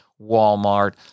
Walmart